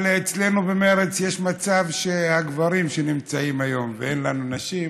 אבל אצלנו במרצ יש מצב שהגברים נמצאים היום ואין לנו נשים,